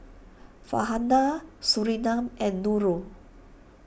Farhanah Surinam and Nurul